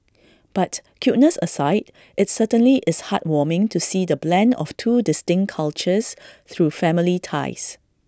but cuteness aside it's certainly is heartwarming to see the blend of two distinct cultures through family ties